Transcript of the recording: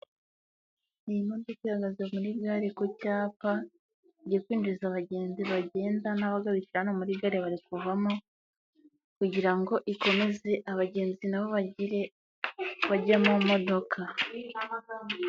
Iyi modoka ihagaze muri gare ku cyapa, iri kwinjiza abagenzi bagenda n'abagarukira hano muri gare bari kuvamo, kugira ngo ikomeze abagenzi nabo bagire bajye mu modoka.